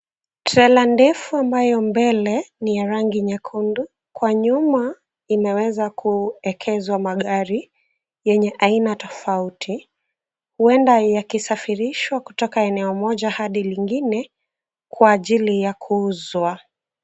Trela ndefu ambayo mbele ni ya rangi nyekundu. Kwa nyuma imeweza kuekezwa magari yenye aina tofauti huenda yakisafirishwa kutoka eneo moja hadi lingine kwa ajili ya kuuzwa.